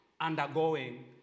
undergoing